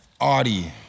Audi